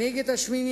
הנהיג את השמינייה,